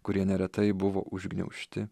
kurie neretai buvo užgniaužti